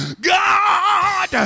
God